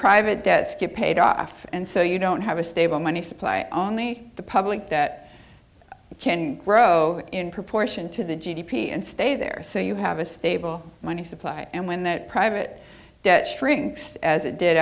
private debt skip paid off and so you don't have a stable money supply only the public that can grow in proportion to the g d p and stay there so you have a stable money supply and when that private debt shrinks as it did